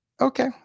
Okay